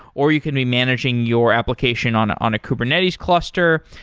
or you can be managing your application on ah on a kubernetes cluster.